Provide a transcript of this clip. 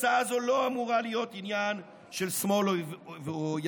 הצעה זו לא אמורה להיות עניין של שמאל או ימין,